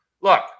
Look